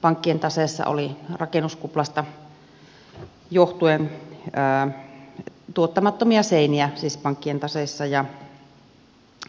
pankkien taseissa oli rakennuskuplasta johtuen tuottamattomia seiniä ja